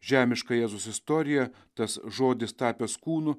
žemiška jėzaus istorija tas žodis tapęs kūnu